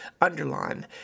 underline